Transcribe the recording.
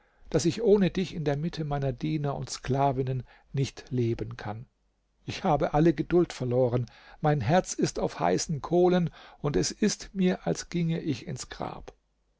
daß ich ohne dich in der mitte meiner diener und sklavinnen nicht leben kann ich habe alle geduld verloren mein herz ist auf heißen kohlen und es ist mir als ginge ich ins grab